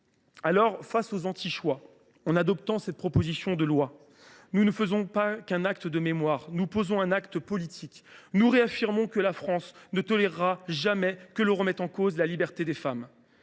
refusons les antichoix. En adoptant cette proposition de loi, nous ne ferons pas qu’un acte de mémoire : nous accomplirons un acte politique. Réaffirmons le : la France ne tolérera jamais que l’on remette en cause la liberté des femmes.